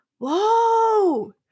Whoa